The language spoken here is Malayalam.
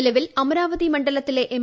നിലവിൽ അമരാവതി മണ്ഡലത്തിലെ എം